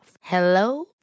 Hello